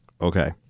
Okay